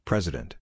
President